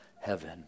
heaven